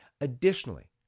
Additionally